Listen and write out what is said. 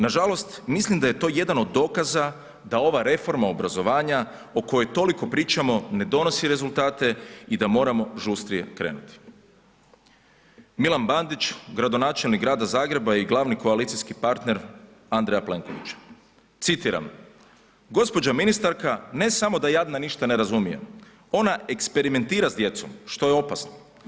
Nažalost, mislim da je to jedan od dokaza da ova reforma obrazovanja o kojoj toliko pričamo ne donosi rezultate i da moramo žustrije krenuti.“ Milan Bandić, gradonačelnik grada Zagreba i glavni koalicijski partner Andreja Plenkovića, citiram: „Gđa. ministarka, ne samo da jadna ništa ne razumije, ona eksperimentira sa djecom što je opasno.